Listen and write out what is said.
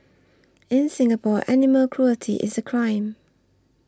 in Singapore animal cruelty is a crime